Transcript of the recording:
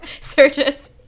searches